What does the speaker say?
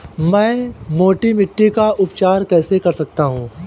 मैं मोटी मिट्टी का उपचार कैसे कर सकता हूँ?